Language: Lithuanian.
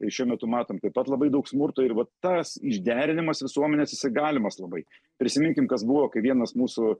šiuo metu matom taip pat labai daug smurto ir va tas išderinimas visuomenės galimas labai prisiminkim kas buvo kai vienas mūsų